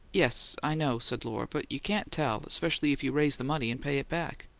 yes, i know, said lohr but you can't tell, especially if you raise the money and pay it back.